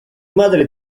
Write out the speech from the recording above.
madre